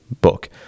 book